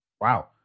wow